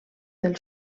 del